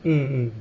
mm